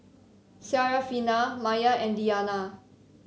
Syarafina Maya and Diyana